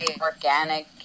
organic